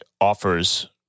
offers